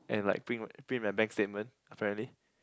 and like print my print my bank statement apparently